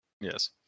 Yes